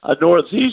northeast